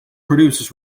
producers